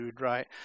right